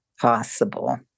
possible